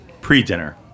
pre-dinner